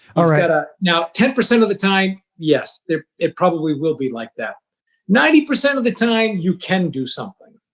all right. ah now, ten percent of the time, yes, it probably will be like that ninety percent of the time, you can do something.